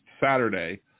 Saturday